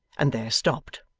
and there stopped.